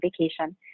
vacation